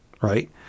right